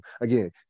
Again